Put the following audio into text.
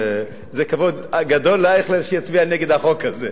זה כבוד גדול לאייכלר להצביע נגד החוק הזה.